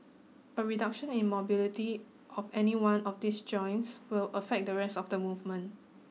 a reduction in mobility of any one of these joints will affect the rest of the movement